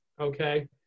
okay